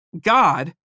God